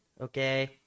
Okay